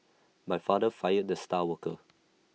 my father fired the star worker